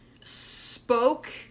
spoke